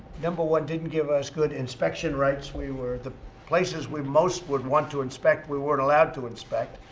number one, didn't give us good inspection rights. we were the places we most would want to inspect we weren't allowed to inspect.